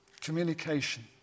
Communication